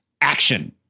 action